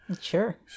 Sure